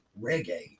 reggae